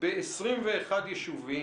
ב-21 יישובים.